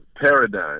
paradigm